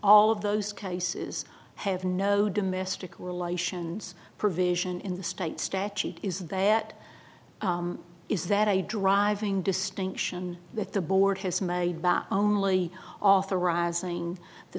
all of those cases have no domestic relations provision in the state statute is that is that a driving distinction that the board has made that only authorizing the